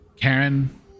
Karen